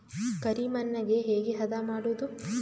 ಕರಿ ಮಣ್ಣಗೆ ಹೇಗೆ ಹದಾ ಮಾಡುದು?